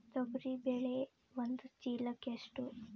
ತೊಗರಿ ಬೇಳೆ ಒಂದು ಚೀಲಕ ಎಷ್ಟು?